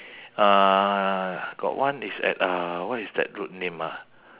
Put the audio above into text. uh got one it's at uh what is that road name ah